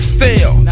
fail